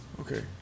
Okay